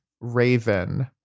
Raven